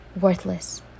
worthless